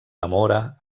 zamora